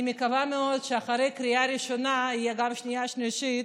אני מקווה מאוד שאחרי קריאה ראשונה תהיה גם שנייה ושלישית,